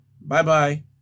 Bye-bye